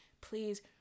please